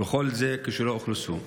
וכל זה כשלא אוכלסו.